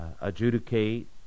adjudicate